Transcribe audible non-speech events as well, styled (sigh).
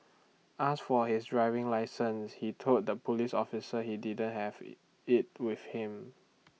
asked for his driving licence he told the Police officer he didn't have (noise) IT with him